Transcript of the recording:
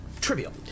Trivial